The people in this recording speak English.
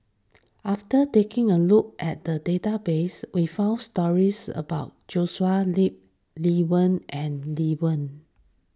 after taking a look at the database we found stories about Joshua Ip Lee Wen and Lee Wen